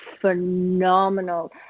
phenomenal